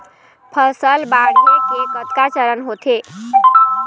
फसल बाढ़े के कतका चरण होथे?